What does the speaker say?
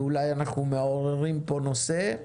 ואולי אנחנו מעוררים פה נושא.